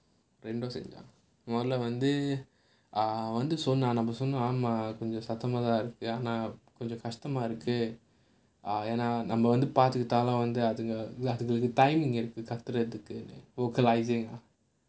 ரெண்டும் செஞ்சா முதல்ல வந்து வந்து சொன்னா நம்ம சொன்னோம் ஆனா கொஞ்சம் சத்தமா தான் இருக்கு ஆனா கொஞ்சம் கஷ்டமா இருக்கு ஏனா நம்ம வந்து பார்த்துக்கிட்டாலும் வந்து அதுவா அதுங்களுக்கு:rendum senjaa muthalla vanthu vanthu sonnaa naam sonnom aanaa konjam saththamaa thaan irukku aanaa konjam kashtamaa irukku yaenaa namma vanthu paarthukitaalum vanthu adhuvaa adhungalukku timing இருக்கு கத்துறதுக்குலாம்:irukku kathurathukkulaam vocalising